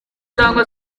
cyangwa